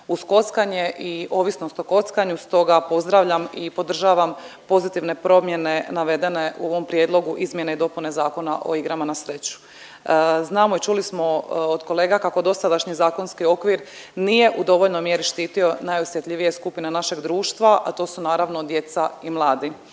uz kockanje i ovisnost o kockanju, stoga pozdravljam i podržavam pozitivne promjene navedene u ovom prijedlogu izmjene i dopune Zakona o igrama na sreću. Znamo i čuli smo od kolega kako dosadašnji zakonski okvir nije u dovoljnoj mjeri štitio najosjetljivije skupine našeg društva, a to su naravno djeca i mladi.